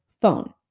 phone